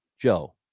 Joe